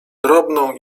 drobną